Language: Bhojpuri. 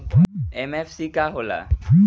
एम.एफ.सी का हो़ला?